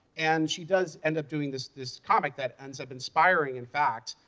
and she does end up doing this this comic that ends up inspiring, in fact,